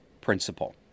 principle